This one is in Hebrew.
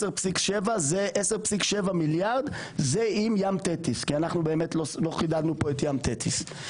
10.7 מיליארד זה עם ים תטיס כי אנחנו באמת לא חידדנו פה את ים תטיס.